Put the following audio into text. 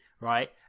right